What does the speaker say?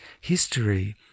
history